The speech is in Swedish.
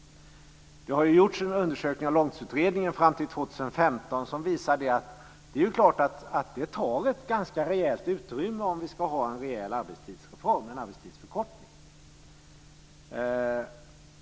Det har gjorts en undersökning av Långtidsutredningen som sträcker sig fram till 2015 och den visar att det helt klart tar ett ganska rejält utrymme om vi ska ha en omfattande arbetstidsreform, en arbetstidsförkortning.